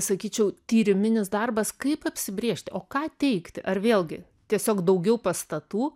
sakyčiau tyriminis darbas kaip apsibrėžti o ką teikti ar vėlgi tiesiog daugiau pastatų